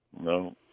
No